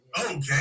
Okay